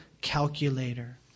calculator